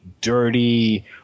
dirty